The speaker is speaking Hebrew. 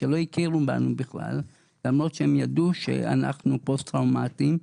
כשלא הכירו בנו בכלל למרות שהם ידעו שאנחנו פוסט טראומטיים,